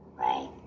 right